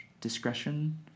discretion